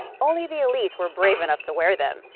only the elite were brave enough to wear them.